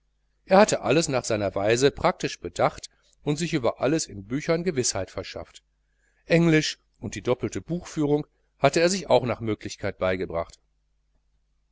er hatte alles nach seiner weise praktisch bedacht und sich über alles in büchern gewißheit verschafft englisch und die doppelte buchführung hatte er sich auch nach möglichkeit beigebracht